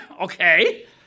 okay